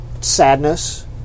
sadness